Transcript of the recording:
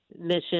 Mission